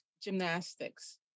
gymnastics